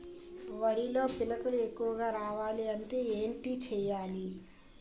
వరిలో పిలకలు ఎక్కువుగా రావాలి అంటే ఏంటి చేయాలి?